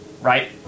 right